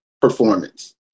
performance